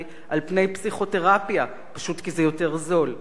על פני פסיכותרפיה פשוט כי זה יותר זול,